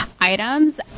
items